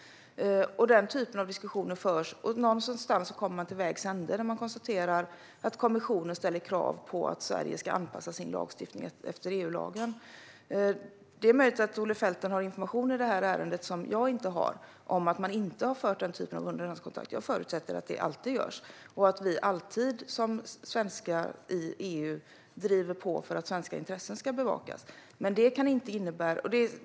Den typen av diskussioner förs, och någonstans kommer man till vägs ände där man konstaterar att kommissionen ställer krav på att Sverige ska anpassa sin lagstiftning efter EU-lagen. Det är möjligt att Olle Felten har information i det här ärendet som jag inte har om att man inte har haft den typen av underhandskontakt. Jag förutsätter att det alltid görs och att vi som svenskar i EU alltid driver på för att svenska intressen ska bevakas.